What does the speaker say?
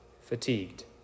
fatigued